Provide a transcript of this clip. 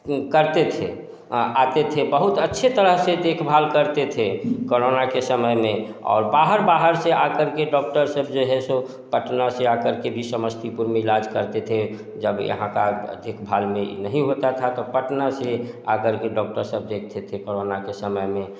करते थे हाँ आते थे बहुत अच्छे तरह से देखभाल करते थे कोरोना के समय में और बाहर बाहर से आकर के डॉक्टर सब जे है सो पटना से आकर भी समस्तीपुर में इलाज़ करते थे जब यहाँ पर देखभाल में नहीं होता था तो पटना से आकर के डॉक्टर सब देखते थे कोरोना के समय में